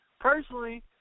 Personally